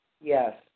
Yes